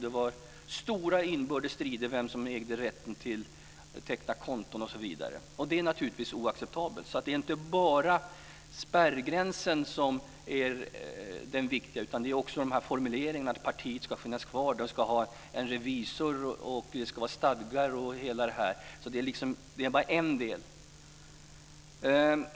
Det var stora inbördes strider om vem som ägde rätten att teckna konton osv. Det är naturligtvis oacceptabelt. Det är alltså inte bara spärrgränsen som är det viktiga utan också formuleringarna om att partiet ska finnas kvar, ha en revisor, ha stadgar osv. Detta är alltså bara en del.